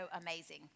amazing